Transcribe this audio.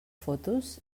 fotos